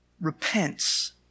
repents